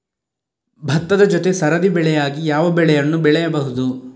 ಭತ್ತದ ಜೊತೆ ಸರದಿ ಬೆಳೆಯಾಗಿ ಯಾವ ಬೆಳೆಯನ್ನು ಬೆಳೆಯಬಹುದು?